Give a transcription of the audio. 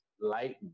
light